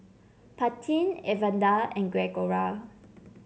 Paityn Evander and Gregoria